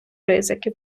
ризики